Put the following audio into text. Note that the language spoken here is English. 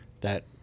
that-